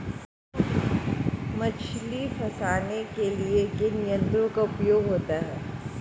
मछली फंसाने के लिए किन यंत्रों का उपयोग होता है?